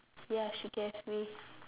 ya she gave me